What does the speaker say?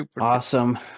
awesome